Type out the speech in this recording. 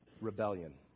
rebellion